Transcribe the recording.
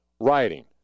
rioting